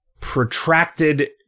protracted